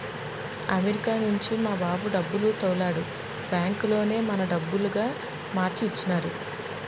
America నుంచి మా బాబు డబ్బులు తోలాడు బ్యాంకులోనే మన డబ్బులుగా మార్చి ఇచ్చినారు